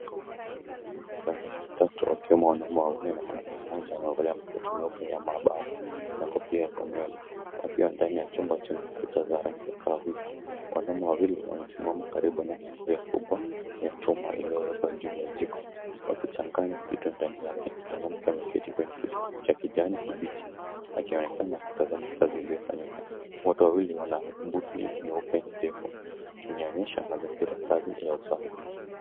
Watu watatu wakiwemo wanaume wawili na mwanamke mmoja amevalia makoti meupe ya maabara na kofia za nywele. Wakiwa ndani ya chumba chenye kuta za rangi ya kahawia. Wanaume wawili wamesimama karibu na sufuria kubwa ya chuma iliyowekwa juu ya jiko wakichanganya kitu ndani yake. Mwanamke ameketi kwenye kiti cha kijani kibichi akionekana kutazama kazi iliyofanyika. Wote wawili wana buti nyeupe ndefu kinyoonyesha mazingira ya kazi ya usafi.